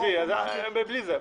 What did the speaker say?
עזבי, בלי זה.